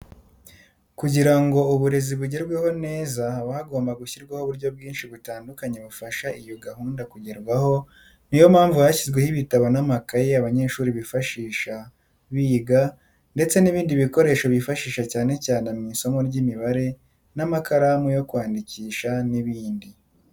Kugira ngo uburezi bugerweho neza haba hagombwa gushyirwaho uburyo bwinshi butandukanye bufasha iyo gahunda kugerwaho, niyo mpamvu hashyizweho ibitabo n'amakaye abanyeshuri bifashisha biga ndetse n'ibindi bikoresho bifashisha cyane cyane mu isomo ry'imibare n'amakaramu yo kwandikisha n'ibindi.